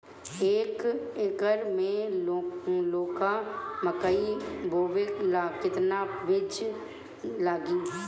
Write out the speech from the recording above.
एक एकर मे लौका मकई बोवे ला कितना बिज लागी?